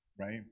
right